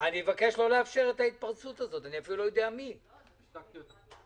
שאם לא נעשה שום דבר, נשאיר את זה ככה,